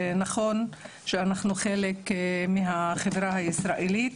נכון שאנחנו חלק מהחברה הישראלית,